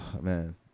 man